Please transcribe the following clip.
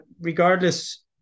regardless